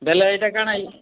ବେଲେ ଏଇଟା କାଣା